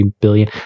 billion